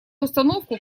установку